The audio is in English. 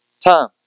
time